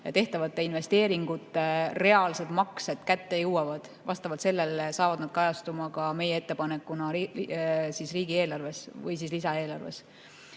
tehtavate investeeringute reaalsed maksed kätte jõuavad, saavad need kajastuma ka meie ettepanekuna riigieelarves või siis lisaeelarves.